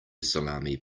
salami